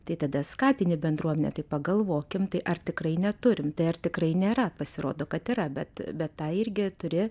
tai tada skatini bendruomenę tai pagalvokim tai ar tikrai neturim tai ar tikrai nėra pasirodo kad yra bet bet tą irgi turi